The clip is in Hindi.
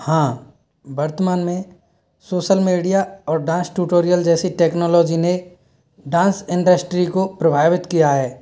हाँ वर्तमान में सोशल मीडिया और डांस ट्यूटोरियल जैसी टेक्नोलॉजी ने डांस इंडस्ट्री को प्रभावित किया है